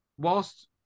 whilst